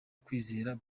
kwizera